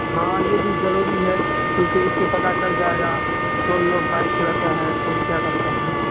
ہاں یہ بھی ضروری ہے کیونکہ اس سے پتہ چل جائے گا کہ کون لوگ بائک چلاتا ہے کون کیا کرتا ہے